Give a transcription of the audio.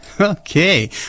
Okay